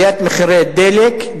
עליית מחירי דלק,